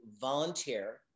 volunteer